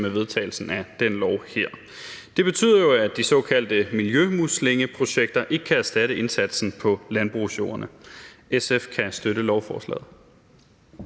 med vedtagelsen af det lovforslag her. Det betyder jo, at de såkaldte miljømuslingeprojekter ikke kan erstatte indsatsen på landbrugsjordene. SF kan støtte lovforslaget.